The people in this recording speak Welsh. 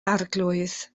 arglwydd